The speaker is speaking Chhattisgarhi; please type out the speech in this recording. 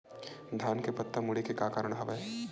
धान के पत्ता मुड़े के का कारण हवय?